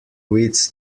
wits